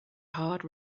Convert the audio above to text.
hard